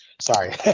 Sorry